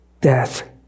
death